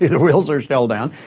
the wheels are still down,